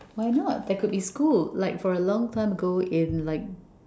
why not there could be school like for a long term goal in like